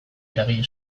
eragile